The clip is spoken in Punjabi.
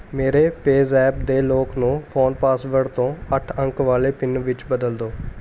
ਮੇਰੇ ਪੇਜ਼ੈਪ ਦੇ ਲੌਕ ਨੂੰ ਫ਼ੋਨ ਪਾਸਵਰਡ ਤੋਂ ਅੱਠ ਅੰਕ ਵਾਲੇ ਪਿੰਨ ਵਿੱਚ ਬਦਲ ਦਿਉ